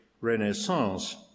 Renaissance